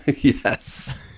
Yes